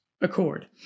Accord